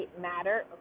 matter